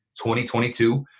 2022